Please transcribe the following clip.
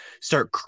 start